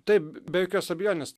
taip be jokios abejonės